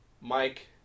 Mike